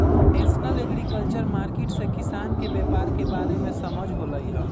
national agriculture market से किसान के व्यापार के बारे में समझ होलई ह